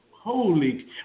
Holy